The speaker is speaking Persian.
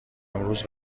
امروز